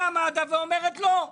באה מד"א ואומרת 'לא'.